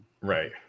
Right